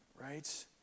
right